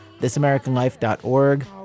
thisamericanlife.org